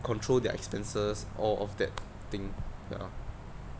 control their expenses all of that thing ya